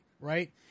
Right